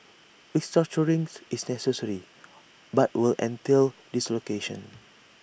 restructure rings is necessary but will entail dislocations